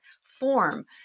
form